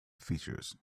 features